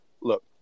Look